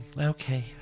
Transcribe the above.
Okay